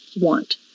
want